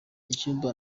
icyumba